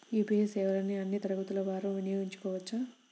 UPI సేవలని అన్నీ తరగతుల వారు వినయోగించుకోవచ్చా?